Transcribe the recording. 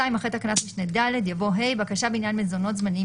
(2) "אחרי תקנת משנה(ד) יבוא: "(ה) בקשה בעניין מזונות זמניים